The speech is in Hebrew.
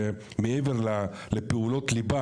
מעבר לפעולות ליבה,